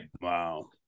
wow